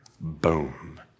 Boom